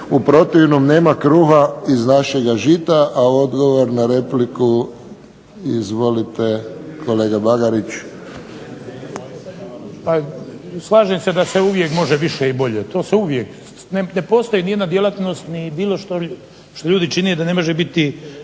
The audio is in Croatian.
u protivnom nema kruha iz našega žita, a odgovor na repliku, izvolite kolega Bagarić. **Bagarić, Ivan (HDZ)** Pa slažem se da može više i bolje, ne postoji niti jedna djelatnost koju ljudi čine da ne može biti